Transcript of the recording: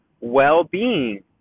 well-being